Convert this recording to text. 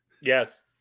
Yes